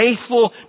faithful